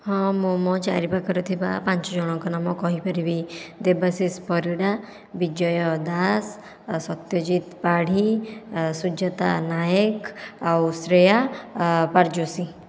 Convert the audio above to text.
ହଁ ମୁଁ ମୋ ଚାରିପାଖରେ ଥିବା ପାଞ୍ଚଜଣଙ୍କ ନାମ କହିପାରିବି ଦେବାଶିଷ ପରିଡ଼ା ବିଜୟ ଦାଶ ଆଉ ସତ୍ୟଜିତ ପାଢ଼ୀ ସୁଜାତା ନାଏକ ଆଉ ଶ୍ରେୟା ପାଟଜୋଷୀ